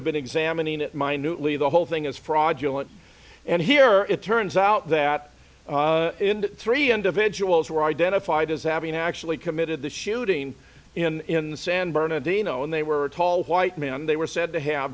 have been examining it minute lee the whole thing is fraudulent and here it turns out that three individuals who were identified as having actually committed the shooting in san bernadino and they were tall white men they were said to have